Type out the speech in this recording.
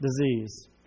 disease